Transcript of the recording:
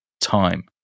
time